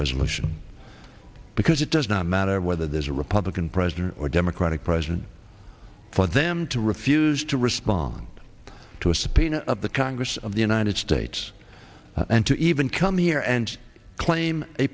resolution because it does not matter whether there's a republican president or a democratic president for them to refuse to respond to a subpoena of the congress of the united states and to even come here and claim a